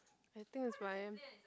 I think is Brian